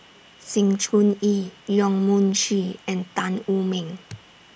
Sng Choon Yee Yong Mun Chee and Tan Wu Meng